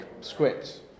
scripts